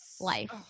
life